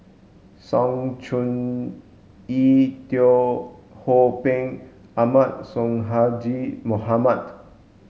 Sng Choon Yee Teo Ho Pin Ahmad Sonhadji Mohamad